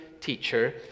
teacher